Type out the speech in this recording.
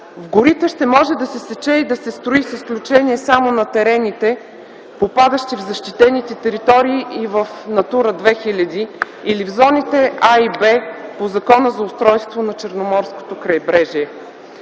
В горите ще може да се сече и да се строи с изключение само на терените, попадащи в защитените територии и в Натура 2000 или в зоните „А” и „Б” по Закона за устройството на черноморското крайбрежие.